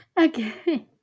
Okay